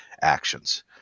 actions